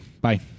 Bye